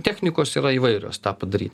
technikos yra įvairios tą padaryt